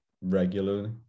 regularly